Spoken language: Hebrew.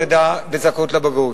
טובת העובד.